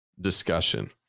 discussion